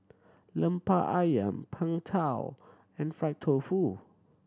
Lemper Ayam Png Tao and fried tofu